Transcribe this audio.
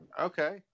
Okay